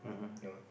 know